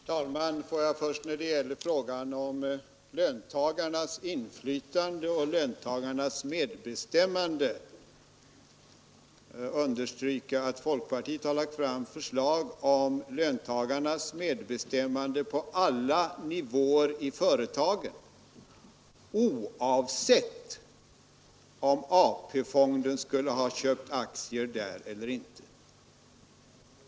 Herr talman! Får jag först i frågan om löntagarnas inflytande och medbestämmande understryka att folkpartiet har lagt fram förslag om löntagarnas medbestämmande på alla nivåer i företagen, oavsett om AP-fonden skulle ha köpt aktier där eller inte.